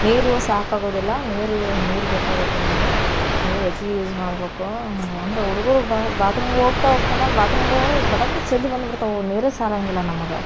ನೀರು ಸಾಕಾಗೋದಿಲ್ಲ ನೀರು ನೀರು ಬೇಕಾಗುತ್ತೆ ನಂಗೆ ನೀರು ಹೆಚ್ಗಿ ಯೂಸ್ ಮಾಡ್ಬೇಕು ಅಂದ್ರೆ ಹುಡ್ಗರು ಬಾತ್ರೂಮ್ಗೆ ಹೋಗ್ತ ಹೋಗ್ತನ ಬಾತ್ರೂಮ್ಗೆ ಹೋಗ್ ಬಡಬಡ ಚೆಲ್ಲಿ ಬಂದು ಬಿಡ್ತಾವು ನೀರೇ ಸಾಲೋಂಗಿಲ್ಲ ನಮಗೆ